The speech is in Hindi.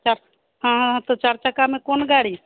अच्छा हाँ हाँ हाँ तो चार चक्का में कौन गाड़ी